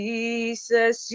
Jesus